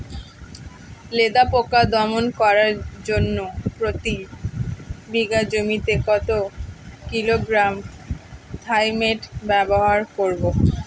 লেদা পোকা দমন করার জন্য প্রতি বিঘা জমিতে কত কিলোগ্রাম থাইমেট ব্যবহার করব?